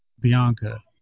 Bianca